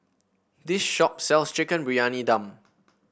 this shop sells Chicken Briyani Dum